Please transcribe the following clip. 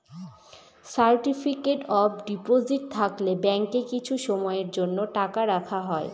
certificate of deposit থাকলে ব্যাঙ্কে কিছু সময়ের জন্য টাকা রাখা হয়